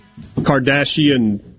Kardashian